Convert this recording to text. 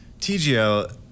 TGL